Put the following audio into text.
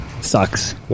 Sucks